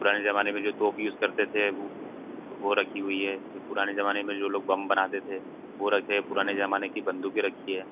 पुराने ज़माने में जो तोप यूज़ करते थे वो रखी हुई है जो पुराने ज़माने में जो लोग बम बनाते थे वो रखे हैं पुराने ज़माने की बंदूके रखी हैं